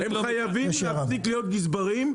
הם חייבים להפסיק להיות גזברים,